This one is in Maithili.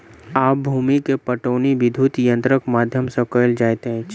आब भूमि के पाटौनी विद्युत यंत्रक माध्यम सॅ कएल जाइत अछि